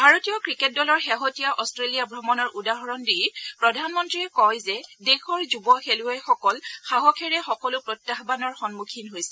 ভাৰতীয় ক্ৰিকেট দলৰ শেহতীয়া অষ্ট্ৰেলিয়া ভ্ৰমণৰ উদাহৰণ দি প্ৰধানমন্ত্ৰীয়ে কয় যে দেশৰ যুৱ খেলুৱৈসকল সাহসেৰে সকলো প্ৰত্যায়ানৰ সন্মুখীন হৈছে